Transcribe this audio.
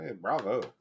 Bravo